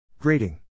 greeting